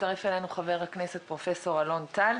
מצטרף אלינו חבר הכנסת פרופ' אלון טל,